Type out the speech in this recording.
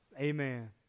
amen